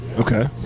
Okay